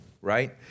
right